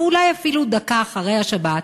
ואולי אפילו דקה אחרי כניסת השבת,